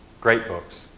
great books.